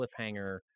cliffhanger